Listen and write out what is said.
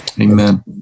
Amen